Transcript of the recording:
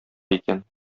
икән